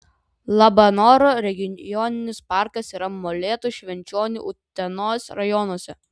labanoro regioninis parkas yra molėtų švenčionių utenos rajonuose